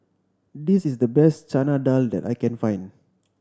this is the best Chana Dal that I can find